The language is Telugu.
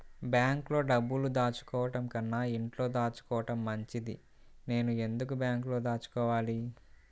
బ్యాంక్లో డబ్బులు దాచుకోవటంకన్నా ఇంట్లో దాచుకోవటం మంచిది నేను ఎందుకు బ్యాంక్లో దాచుకోవాలి?